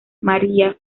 maría